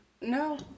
No